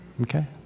Okay